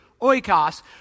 oikos